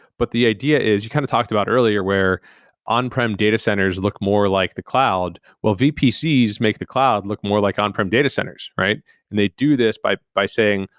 but the idea is you kind of talked about earlier where on-prem data centers look more like the cloud. well, vpcs make the cloud look more like on-prem data centers, and they do this by by saying,